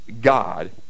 God